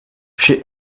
she